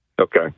Okay